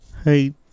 Hey